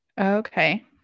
Okay